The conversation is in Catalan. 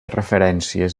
referències